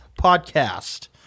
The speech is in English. Podcast